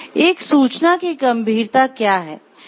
एक सूचना की गंभीरता क्या है